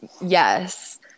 Yes